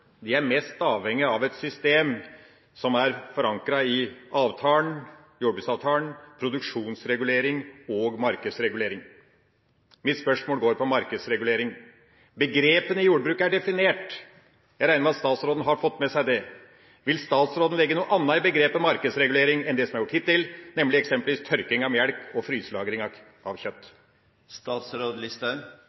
er mest avhengig av et system som er forankret i avtalen – jordbruksavtalen – produksjonsregulering og markedsregulering. Mitt spørsmål går på markedsregulering. Begrepene i jordbruket er definert. Jeg regner med at statsråden har fått med seg det. Vil statsråden legge noe annet i begrepet markedsregulering enn det som det er gjort hittil, nemlig eksempelvis tørking av melk og fryselagring av kjøtt? Ja, vi skal ha en gjennomgang av